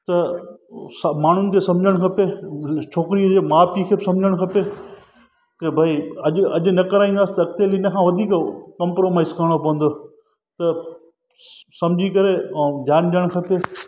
त स माण्हुनि खे समुझणु खपे छोकिरी जे माउ पीउ खे बि समुझणु खपे के भई अॼु अॼु न कराईंदासि त अॻिते हली हिन खां वधीक कॉम्प्रोमाइज़ करणो पवंदो त समुझी करे ऐं ध्यानु ॾियणु खपे